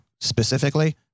specifically